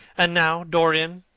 and now, dorian,